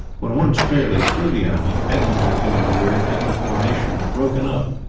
when once fairly through the enemy, edmund had given the word and the formation had broken up,